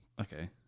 Okay